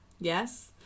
Yes